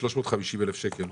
ה-350 אלף שקלים.